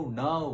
no